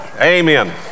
Amen